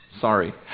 Sorry